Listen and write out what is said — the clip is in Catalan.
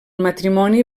matrimoni